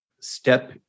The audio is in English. step